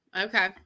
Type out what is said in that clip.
okay